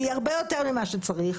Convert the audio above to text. והיא הרבה יותר ממה שצריך.